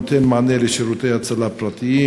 1. האם הנוהל נותן מענה לשירותי ההצלה הפרטיים?